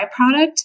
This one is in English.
byproduct